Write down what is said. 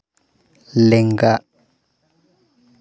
ᱞᱮᱸᱜᱟ